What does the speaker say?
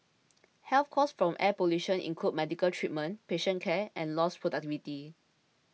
health costs from air pollution include medical treatment patient care and lost productivity